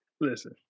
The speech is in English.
Listen